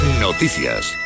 Noticias